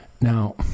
now